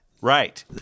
right